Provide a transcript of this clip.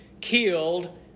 killed